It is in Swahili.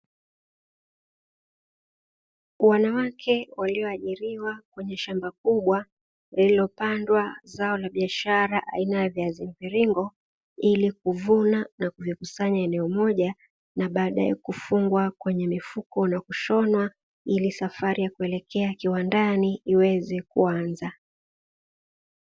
Wanawake walioajiriwa kwenye shamba kubwa lililopandwa zao la biashara aina ya viazi mviringo ili kuvuna na kuvikusanya eneo moja, na baadaye kufungwa kwenye mifuko na kushonwa ili safari ya kuelekea kiwandani iweze kuanza.